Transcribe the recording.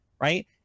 Right